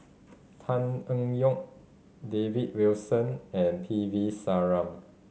Tan Eng Yoon David Wilson and P V Sharma